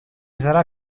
sarà